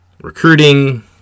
Recruiting